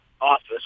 office